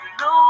no